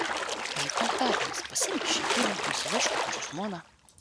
ryt penktadienis pasiimk išeiginę nusivežk kur nors žmoną